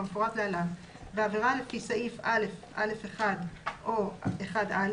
כמפורט להלן: (1)בעבירה לפי סעיף 20א(א)(1) או (1א)